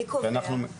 מי קובע?